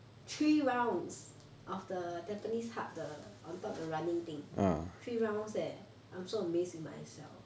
three rounds of the tampines hub the on top the running thing three rounds leh I'm so amazed with myself